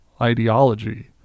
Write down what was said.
ideology